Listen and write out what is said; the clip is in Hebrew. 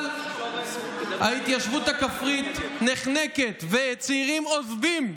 אבל ההתיישבות הכפרית נחנקת, וצעירים עוזבים,